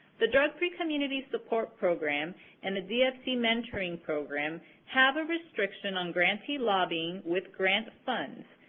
the drug free communities support program and the dfc mentoring program have a restriction on grantee lobbying with grant funds,